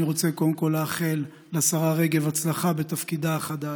אני רוצה קודם כול לאחל לשרה רגב הצלחה בתפקידה החדש.